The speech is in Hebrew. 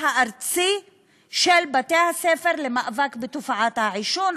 הארצי של בתי-הספר למאבק בתופעת העישון.